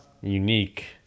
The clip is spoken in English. Unique